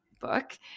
book